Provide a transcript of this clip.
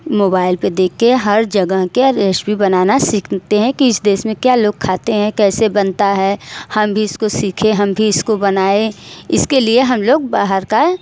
mobile पर देख कर हर जगह के रेसपी बनाना सीखते हैं कि इस देश में क्या लोक खाते हैं कैसे बनता है हम भी इसको सीखे हम भी इसको बनाएँ इसके लिए हम लोग बाहर का